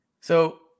So-